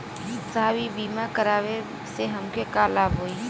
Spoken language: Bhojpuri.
साहब इ बीमा करावे से हमके का लाभ होई?